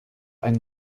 einen